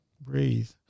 breathe